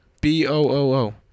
B-O-O-O